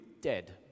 dead